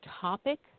topic